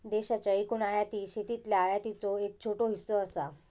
देशाच्या एकूण आयातीत शेतीतल्या आयातीचो एक छोटो हिस्सो असा